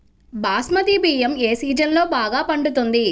బాస్మతి బియ్యం ఏ సీజన్లో బాగా పండుతుంది?